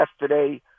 yesterday